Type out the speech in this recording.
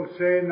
say